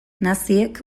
naziek